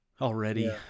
already